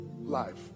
life